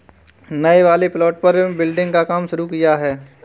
नए वाले प्लॉट पर बिल्डिंग का काम शुरू किया है